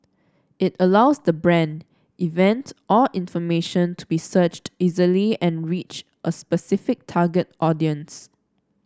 it allows the brand event or information to be searched easily and reach a specific target audience